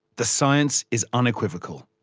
the science is unequivocal,